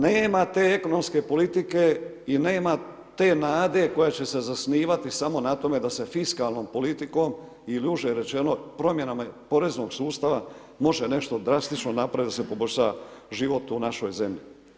Nema te ekonomske politike i nema te nade koja će se zasnivati samo na tome, da se fiskalnom politikom i … rečeno, promjenama poreznog sustava može nešto drastičnu napraviti da se poboljšava život u našoj zemlji.